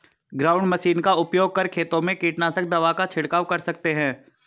ground machine का उपयोग कर खेतों में कीटनाशक दवा का झिड़काव कर सकते है